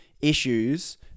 issues